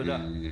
תודה.